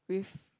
with